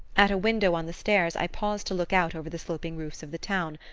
at a window on the stairs i paused to look out over the sloping roofs of the town,